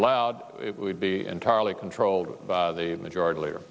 allowed it would be entirely controlled by the majority leader